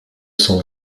sont